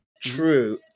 True